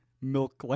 milk